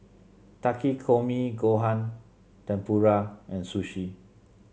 Takikomi Gohan Tempura and Sushi